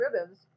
ribbons